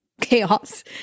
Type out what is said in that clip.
chaos